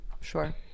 sure